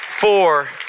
Four